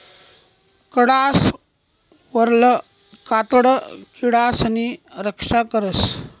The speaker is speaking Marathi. किडासवरलं कातडं किडासनी रक्षा करस